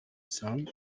sons